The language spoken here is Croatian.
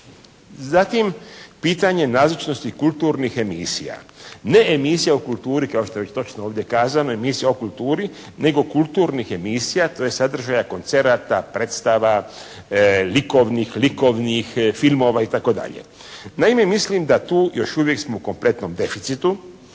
Zatim pitanje nazočnosti kulturnih emisija. Ne emisija o kulturi kao što je već točno ovdje kazano, emisija o kulturi, nego kulturnih emisija, tj. sadržaja, koncerata, predstava, likovnih filmova itd. Naime mislim da tu još uvijek smo u kompletnom deficitu,